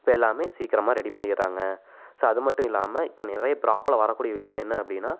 இப்போ எல்லாமே சீக்கிரமாக ரெடி பண்ணிடுறாங்க ஸோ அது மட்டும் இல்லாம இப்போ நிறைய ப்ராப்ளம் வரக்கூடிய விஷயம் என்ன அப்படின்னா